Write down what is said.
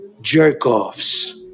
Jerk-offs